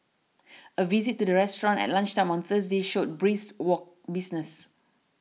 a visit to the restaurant at lunchtime on Thursday showed brisk business